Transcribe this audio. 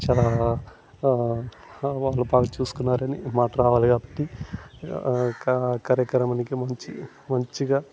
చాలా వాళ్ళు బాగా చూసుకున్నారు అని మాట్లాడాలి కాబట్టి కా కార్యక్రమానికి మంచి మంచిగా